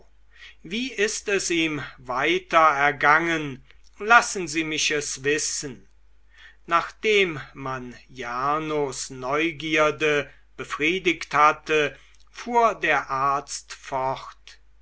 wie ist es ihm weiter ergangen lassen sie mich es wissen nachdem man jarnos neugierde befriediget hatte fuhr der arzt fort